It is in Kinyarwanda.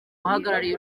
uhagarariye